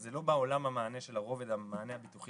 זה לא בעולם המענה של רובד המענה הביטוחי